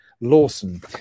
Lawson